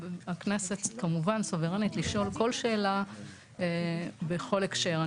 הכנסת כמובן סוברנית לשאול כל שאלה בכל הקשר.